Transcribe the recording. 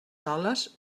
soles